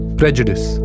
prejudice